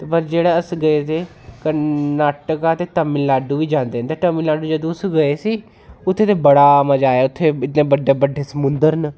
ते पर जेह्दा अस गेदे कर्नाटका ते तमिलनाडु बी जांदे न ते तमिलनाडू जदूं अस गे सी उत्थे ते बड़ा मज़ा आया उत्थे इन्ने बड्डे बड्डे समुंदर न